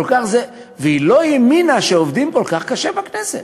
והיא לא האמינה שעובדים כל כך קשה בכנסת.